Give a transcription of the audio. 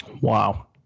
Wow